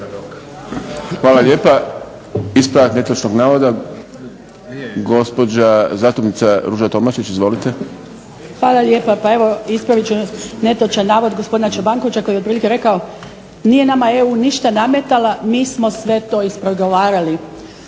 Hvala lijepa. Pa ispravit ću jedan netočan navod gospodina Čobankovića koji je otprilike rekao, nije nama EU ništa nametala mi smo sve to ispregovarali.